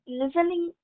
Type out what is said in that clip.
listening